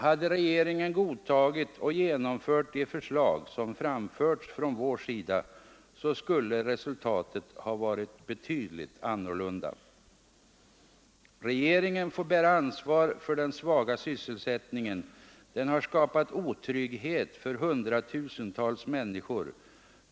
Hade regeringen godtagit och genomfört de förslag som framförts från vår sida, så skulle resultatet ha varit annorlunda. Regeringen får bära ansvaret för den svaga sysselsättningen. Den har skapat otrygghet för hundratusentals människor.